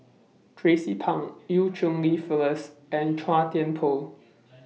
Tracie Pang EU Cheng Li Phyllis and Chua Thian Poh